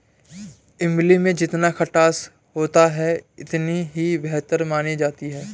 इमली में जितना खटास होता है इतनी ही बेहतर मानी जाती है